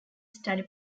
study